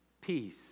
Peace